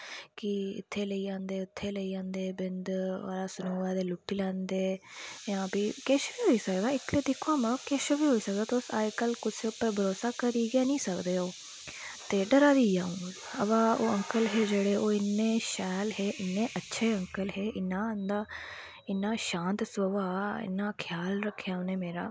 कि इत्थें लेई जंदे उत्थें लेई जंदे कि बिंद सनोऐ ते लुट्टी लैंदे जां भी किश बी होई सकदा इत्थें किश बी होई सकदा तुस अज्जकल कुसै पर भरोसा करी गै निं सकदे ओ डरा दी ही अंऊ बाऽ ओह् जेह्ड़े अंकल हे इन्ने शैल हे इन्ने अच्छे हे इन्ना उंदा शांत स्भाऽ इन्ना ख्याल रक्खेआ उनें मेरा